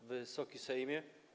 Wysoki Sejmie!